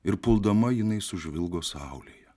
ir puldama jinai sužvilgo saulėje